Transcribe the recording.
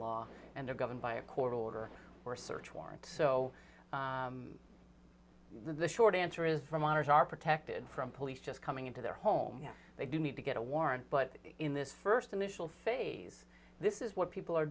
law and are governed by a court order or search warrant so the short answer is for minors are protected from police just coming into their home they do need to get a warrant but in this first initial phase this is what people are